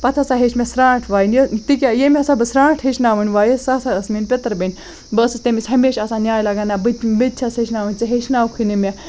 پَتہٕ ہَسا ہیٚچھ مےٚ سرانٛٹھ وایِنۍ تِکیاہ ییٚمہ ہَسا بہٕ سرانٛٹھ ہیٚچھناوِنۍ واینۍ سۄ ہَسا ٲسۍ مےٚ پِتِر بیٚنہِ بہٕ ٲسٕس تٔمِس ہَمیشہِ آسان نیاے لاگان نہَ بہٕ تہِ مےٚ تہِ چھَس ہیٚچھناوٕنۍ ژٕ ہیٚچھناوکھٕے نہٕ مےٚ